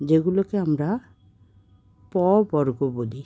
যেগুলোকে আমরা প বর্গ বলি